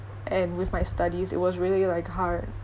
and with my studies it was really like hard